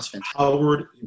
Howard